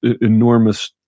enormous